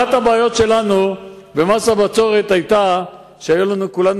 אחת הבעיות שלנו במס הבצורת היתה שלכולנו